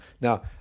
Now